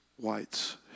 whites